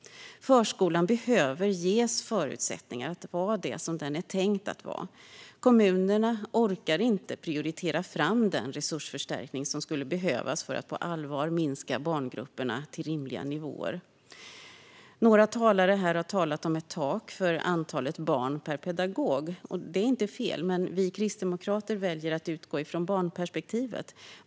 Förskolan behöver ges förutsättningar att vara det den är tänkt att vara. Kommunerna orkar inte prioritera fram den resursförstärkning som skulle behövas för att på allvar minska barngrupperna till rimliga nivåer. Några talare har tagit upp frågan om ett tak för antalet barn per pedagog. Det är inte fel. Men vi kristdemokrater väljer att utgå från barnperspektivet.